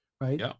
right